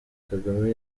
kagame